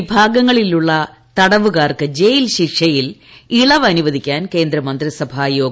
വിഭാഗങ്ങളിലുള്ള തടവുകാർക്ക് ജയിൽ ശിക്ഷയിൽ ഇളവ് അനുവദിക്കാൻ കേന്ദ്രമന്ത്രിസഭാ യോഗ തീരുമാനം